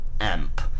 amp